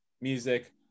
music